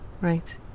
right